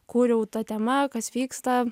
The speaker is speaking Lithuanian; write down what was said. kūriau ta tema kas vyksta